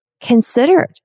considered